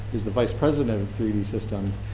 is the vice president of three d systems.